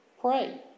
Pray